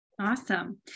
Awesome